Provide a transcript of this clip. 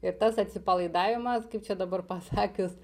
ir tas atsipalaidavimas kaip čia dabar pasakius